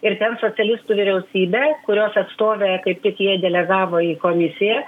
ir ten socialistų vyriausybė kurios atstovę kaip tik jie delegavo į komisiją